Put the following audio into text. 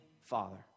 Father